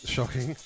Shocking